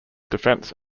defence